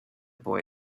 boy